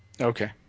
Okay